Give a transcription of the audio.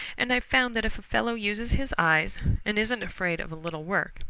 and i've found that if a fellow uses his eyes and isn't afraid of a little work,